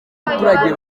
abaturage